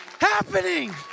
happening